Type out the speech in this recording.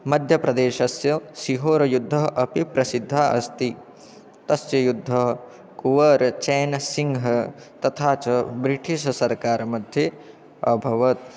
मध्यप्रदेशस्य सिहोरयुद्धम् अपि प्रसिद्धम् अस्ति तस्य युद्धं कुवर् चैनसिङ्घ् तथा च ब्रिटिशसर्कारमध्ये अभवत्